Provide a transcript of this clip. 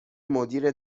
مدیر